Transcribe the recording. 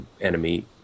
Enemy